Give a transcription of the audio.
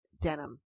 denim